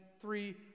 three